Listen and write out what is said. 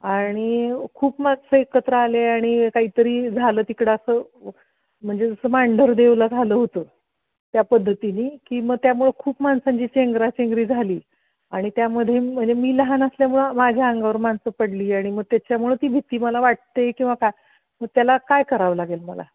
आणि खूप माणसं एकत्र आले आणि काही तरी झालं तिकडं असं म्हणजे जसं मांढरदेवला झालं होतं त्या पद्धतीनी की मग त्यामुळं खूप माणसांची चेंगराचेंगरी झाली आणि त्यामध्ये म्हणजे मी लहान असल्यामुळं माझ्या अंगावर माणसं पडली आणि मग त्याच्यामुळं ती भीती मला वाटते आहे किंवा काय मग त्याला काय करावं लागेल मला